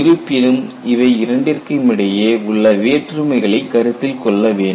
இருப்பினும் இவை இரண்டிற்கும் இடையே உள்ள வேற்றுமைகளையும் கருத்தில் கொள்ள வேண்டும்